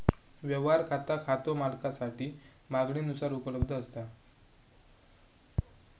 व्यवहार खाता खातो मालकासाठी मागणीनुसार उपलब्ध असता